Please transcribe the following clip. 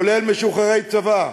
כולל משוחררי צבא,